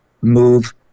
move